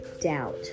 doubt